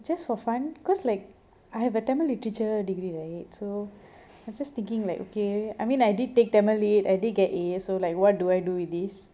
just for fun cause like I have a tamil literature degree right so I'm just thinking like okay I mean I did take tamil lit I did get a so like what do I do with this